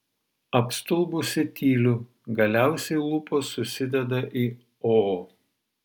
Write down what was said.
apstulbusi tyliu galiausiai lūpos susideda į o